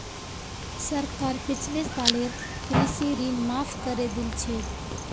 सरकार पिछले सालेर कृषि ऋण माफ़ करे दिल छेक